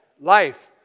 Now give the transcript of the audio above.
life